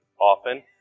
often